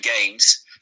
games